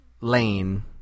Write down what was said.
lane